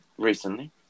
Recently